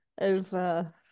over